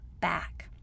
back